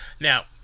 now